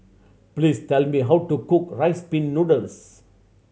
please tell me how to cook Rice Pin Noodles